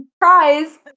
prize